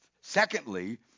secondly